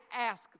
ask